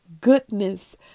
goodness